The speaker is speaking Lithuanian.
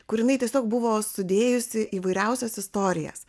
kur jinai tiesiog buvo sudėjusi įvairiausias istorijas